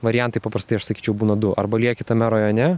variantai paprastai aš sakyčiau būna du arba lieki tame rajone